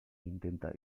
intenta